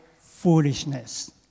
foolishness